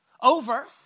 over